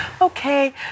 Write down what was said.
Okay